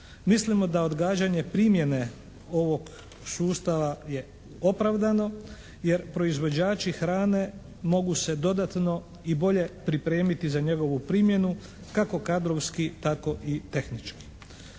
Mislimo da odgađanje primjene ovog sustava je opravdano, jer proizvođači hrane mogu se dodatno i bolje pripremiti za njegu primjenu, kako kadrovski, tako i tehnički.